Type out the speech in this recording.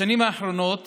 בשנים האחרונות